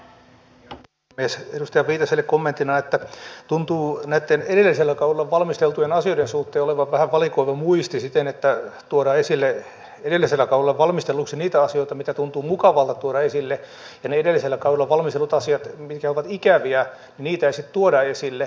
edustaja viitaselle kommenttina että tuntuu näitten edellisellä kaudella valmisteltujen asioiden suhteen olevan vähän valikoiva muisti siten että tuodaan esille edellisellä kaudella valmistelluksi niitä asioita mitkä tuntuvat mukavilta tuoda esille ja niitä edellisellä kaudella valmisteltuja asioita mitkä ovat ikäviä ei sitten tuoda esille